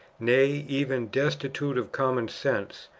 nay, even destitute of common sense,